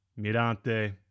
Mirante